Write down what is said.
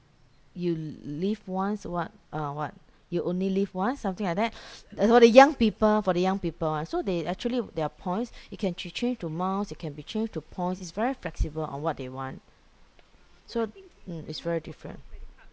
you live once what uh what you only live once something like that that's for the young people for the young people [one] so they actually their points you can ch~ change to miles it can be change to points it's very flexible on what they want so mm it's very different